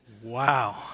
Wow